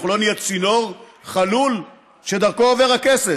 אנחנו לא נהיה צינור חלול שדרכו עובר הכסף.